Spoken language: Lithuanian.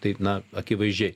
tai na akivaizdžiai